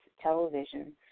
television